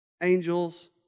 angels